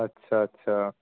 ਅੱਛਾ ਅੱਛਾ